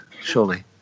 surely